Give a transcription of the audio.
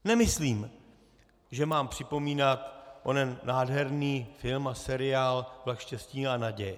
Nemyslím, že mám připomínat onen nádherný film a seriál Vlak štěstí a naděje.